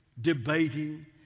debating